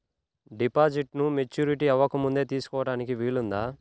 డిపాజిట్ను మెచ్యూరిటీ అవ్వకముందే తీసుకోటానికి వీలుందా?